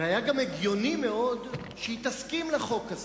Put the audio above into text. והיה גם הגיוני מאוד שהיא תסכים לחוק הזה.